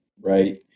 right